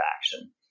action